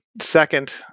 second